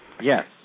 Yes